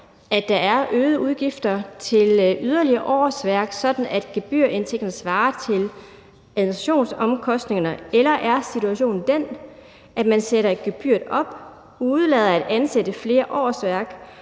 at der er øgede udgifter til yderligere årsværk, sådan at gebyrindtægten svarer til administrationsomkostningerne, eller er situationen den, at man sætter et gebyr op, undlader at ansætte flere årsværk